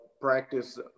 practice